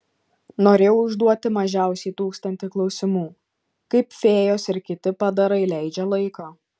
norėjau užduoti mažiausiai tūkstantį klausimų kaip fėjos ir kiti padarai leidžia laiką